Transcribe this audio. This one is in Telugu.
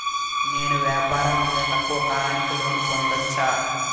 నేను వ్యాపారం మీద తక్కువ కాలానికి లోను పొందొచ్చా?